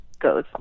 Goes